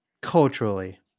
culturally